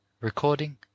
recording